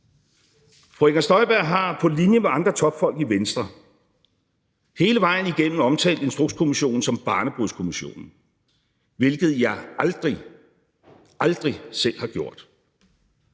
Fru Inger Støjberg har på linje med andre topfolk i Venstre hele vejen igennem omtalt Instrukskommissionen som barnebrudskommissionen, hvilket jeg aldrig – aldrig – selv har gjort.